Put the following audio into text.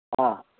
അ